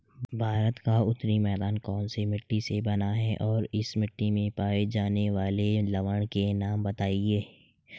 भारत का उत्तरी मैदान कौनसी मिट्टी से बना है और इस मिट्टी में पाए जाने वाले लवण के नाम बताइए?